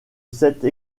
cette